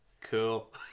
cool